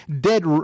dead